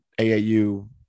AAU